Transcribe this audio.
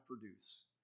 produce